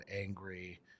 angry